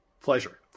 pleasure